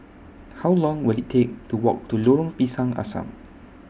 How Long Will IT Take to Walk to Lorong Pisang Asam